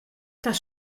das